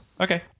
Okay